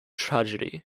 tragedy